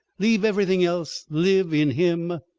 leave everything else live in him.